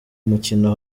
mukino